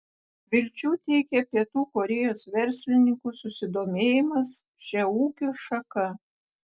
vilčių teikia pietų korėjos verslininkų susidomėjimas šia ūkio šaka